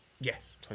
yes